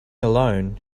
alone